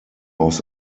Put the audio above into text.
aus